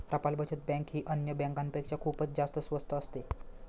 टपाल बचत बँक ही अन्य बँकांपेक्षा खूपच जास्त स्वस्त असते